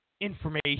information